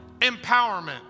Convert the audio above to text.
empowerment